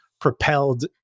propelled